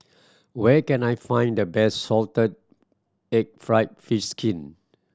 where can I find the best salted egg fried fish skin